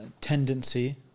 tendency